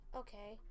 okay